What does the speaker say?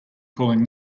calling